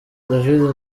david